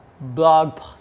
blog